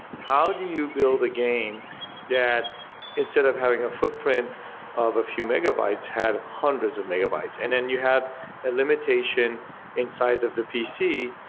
how do you build a game that instead of having a footprint of a few megabytes, had hundreds of megabytes? and then you have a limitation inside of the pc,